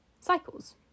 cycles